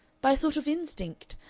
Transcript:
by a sort of instinct.